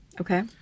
Okay